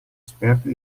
esperti